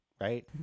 right